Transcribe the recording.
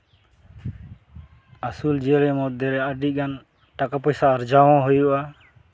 ᱟᱹᱥᱩᱞ ᱡᱤᱭᱟᱹᱞᱤ ᱢᱚᱫᱽᱫᱷᱮ ᱨᱮ ᱟᱹᱰᱤ ᱜᱟᱱ ᱴᱟᱠᱟ ᱯᱚᱭᱥᱟ ᱟᱨᱡᱟᱣ ᱦᱚᱸ ᱦᱩᱭᱩᱜᱼᱟ